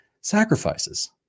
sacrifices